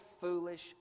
foolish